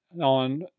On